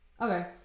Okay